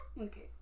Okay